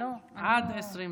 עד 20 דקות.